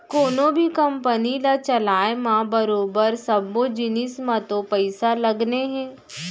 कोनों भी कंपनी ल चलाय म बरोबर सब्बो जिनिस म तो पइसा लगने हे